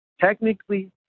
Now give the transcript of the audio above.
technically